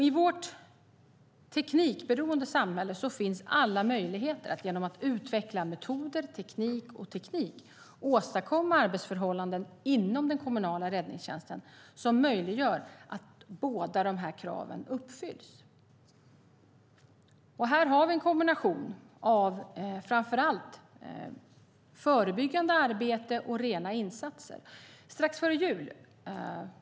I vårt teknikberoende samhälle finns alla möjligheter att genom att utveckla metoder och teknik åstadkomma arbetsförhållanden inom den kommunala räddningstjänsten som möjliggör att båda de här kraven uppfylls. Här har vi en kombination av framför allt förebyggande arbete och rena insatser.